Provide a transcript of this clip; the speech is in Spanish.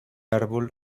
árbol